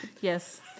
Yes